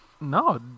no